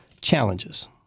challenges